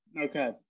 okay